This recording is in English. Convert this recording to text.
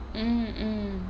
mm mm